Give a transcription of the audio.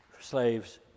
Slaves